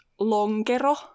longero